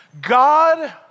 God